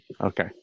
Okay